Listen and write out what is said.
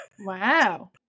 Wow